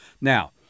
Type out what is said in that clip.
Now